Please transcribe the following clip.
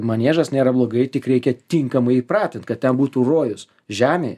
maniežas nėra blogai tik reikia tinkamai įpratint kad ten būtų rojus žemė